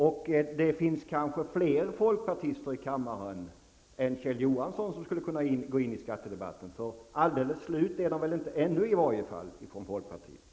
Och det finns kanske fler folkpartister i kammaren än Kjell Johansson som skulle kunna gå in i skattedebatten. Folkpartiet är väl inte helt slut ännu i alla fall.